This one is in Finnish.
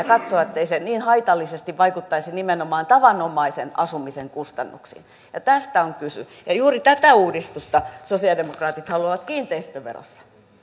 katsoa ettei se niin haitallisesti vaikuttaisi nimenomaan tavanomaisen asumisen kustannuksiin tästä on kysymys ja juuri tätä uudistusta sosialidemokraatit haluavat kiinteistöverossa